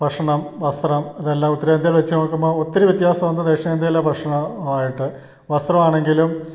ഭക്ഷണം വസ്ത്രം ഇതെല്ലാം ഉത്തരേന്ത്യയിൽ വെച്ചു നോക്കുമ്പോൾ ഒത്തിരി വ്യത്യാസം ഉണ്ട് ദക്ഷിണേന്ത്യയിലെ ഭക്ഷണവും ആയിട്ട് വസ്ത്രം ആണെങ്കിലും